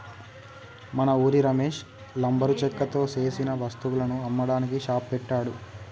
మన ఉరి రమేష్ లంబరు చెక్కతో సేసిన వస్తువులను అమ్మడానికి షాప్ పెట్టాడు